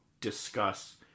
discuss